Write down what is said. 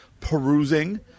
perusing